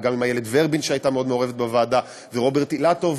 וגם עם איילת ורבין ורוברט אילטוב,